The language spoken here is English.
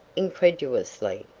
incredulously.